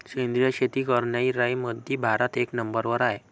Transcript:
सेंद्रिय शेती करनाऱ्याईमंधी भारत एक नंबरवर हाय